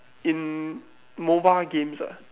in mobile games ah